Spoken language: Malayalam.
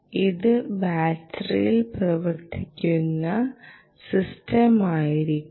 ഇത് ബാറ്ററിയിൽ പ്രവർത്തിക്കുന്ന സിസ്റ്റമായിരിക്കും